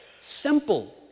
Simple